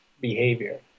behavior